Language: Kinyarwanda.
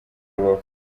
rubavu